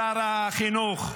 שר החינוך,